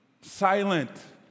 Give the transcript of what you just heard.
silent